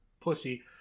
pussy